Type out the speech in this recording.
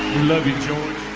love you george!